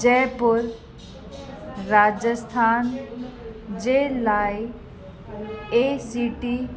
जयपुर राजस्थान जे लाइ A C T